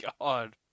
god